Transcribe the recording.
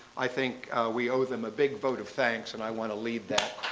i think we owe them a big vote of thanks and i want to lead that.